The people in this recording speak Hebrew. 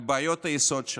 על בעיות היסוד שלהם.